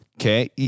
Okay